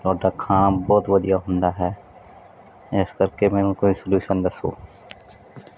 ਤੁਹਾਡਾ ਖਾਣ ਬਹੁਤ ਵਧੀਆ ਹੁੰਦਾ ਹੈ ਇਸ ਕਰਕੇ ਮੈਨੂੰ ਕੋਈ ਸਲਿਊਸ਼ਨ ਦੱਸੋ